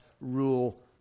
rule